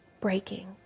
breaking